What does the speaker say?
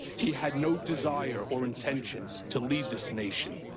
he had no desire or intention to lead this nation.